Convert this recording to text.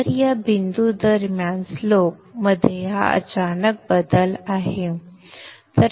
तर या बिंदू दरम्यान स्लोप मध्ये हा अचानक बदल आहे